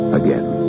again